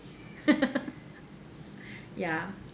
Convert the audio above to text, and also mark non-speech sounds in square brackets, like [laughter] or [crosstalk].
[laughs] ya